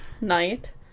night